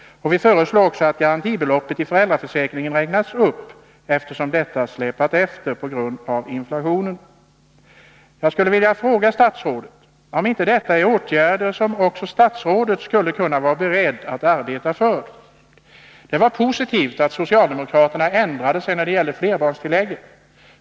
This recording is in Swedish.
Vi föreslår att garantibeloppet i föräldraförsäkringen räknas upp, eftersom detta på grund av inflationen släpat efter. Jag skulle vilja fråga statsrådet om inte detta är åtgärder som också statsrådet skulle kunna vara beredd att arbeta för. Det var positivt att socialdemokraterna ändrade sig när det gäller flerbarnstillägget.